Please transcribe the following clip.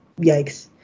yikes